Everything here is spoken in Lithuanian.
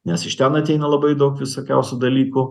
nes iš ten ateina labai daug visokiausių dalykų